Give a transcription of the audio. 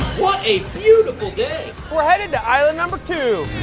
what a beautiful day. we're headed to island number two.